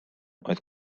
oedd